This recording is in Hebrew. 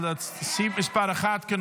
אנחנו עוברים להצביע על הסתייגות מס' 28. חברים,